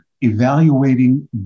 evaluating